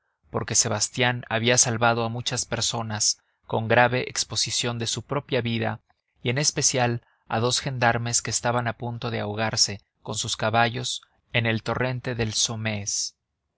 porque sebastián había salvado a muchas personas con grave exposición de su propia vida y en especial a dos gendarmes que estaban a punto de ahogarse con sus caballos en el torrente del saumaise pero